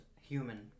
human